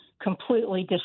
completely